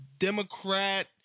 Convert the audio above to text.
Democrat